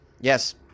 Yes